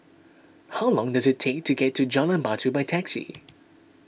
how long does it take to get to Jalan Batu by taxi